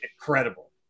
incredible